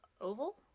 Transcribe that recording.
oval